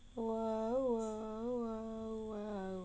!whoa! !whoa! !whoa! !whoa! !whoa!